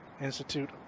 Institute